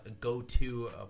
go-to